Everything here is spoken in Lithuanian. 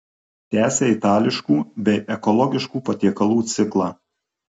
tęsia itališkų bei ekologiškų patiekalų ciklą